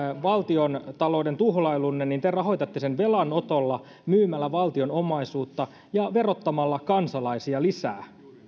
valtiontalouden tuhlailunne rahoitatte velanotolla myymällä valtion omaisuutta ja verottamalla kansalaisia lisää